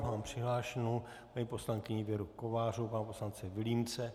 Mám přihlášenu paní poslankyni Věru Kovářovou a pana poslance Vilímce.